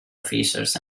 officers